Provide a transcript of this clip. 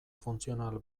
funtzional